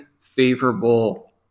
favorable